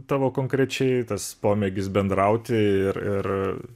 tavo konkrečiai tas pomėgis bendrauti ir ir